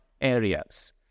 areas